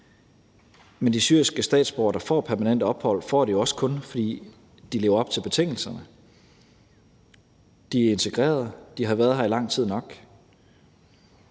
Men de syriske statsborgere, der får permanent ophold, får det jo også kun, fordi de lever op til betingelserne; de er integreret, de har været her i lang nok